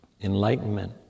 enlightenment